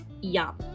Yum